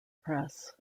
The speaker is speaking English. press